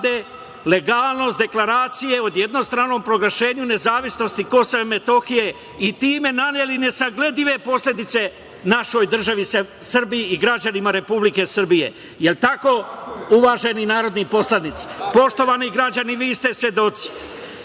legalnost deklaracije od jednostranom proglašenju nezavisnosti KiM i time naneli nesagledive posledice našoj državi Srbiji i građanima Republike Srbije. Je li tako uvaženi narodni poslanici? Poštovani građani, vi ste svedoci